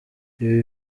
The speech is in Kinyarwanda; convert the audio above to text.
ibi